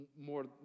More